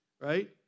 right